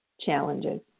challenges